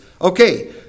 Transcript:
Okay